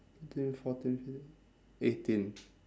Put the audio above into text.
thirteen fourteen fifteen eighteen